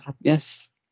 yes